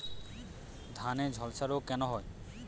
ধানে ঝলসা রোগ কেন হয়?